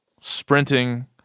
sprinting